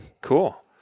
cool